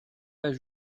pas